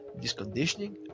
disconditioning